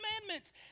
Commandments